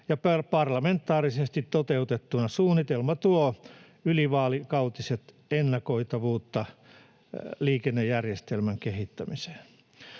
parlamentaarisesti toteutettuna suunnitelma tuo ylivaalikautista ennakoitavuutta liikennejärjestelmän kehittämiseen.